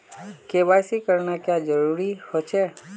KYC करना क्याँ जरुरी होचे?